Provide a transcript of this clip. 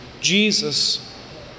Jesus